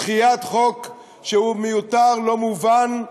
בדחיית חוק שהוא מיותר, לא מובן,